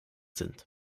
sind